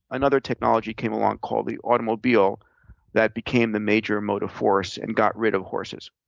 another technology came along called the automobile that became the major mode of force and got rid of horses.